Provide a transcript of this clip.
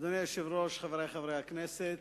אדוני היושב-ראש, חברי חברי הכנסת,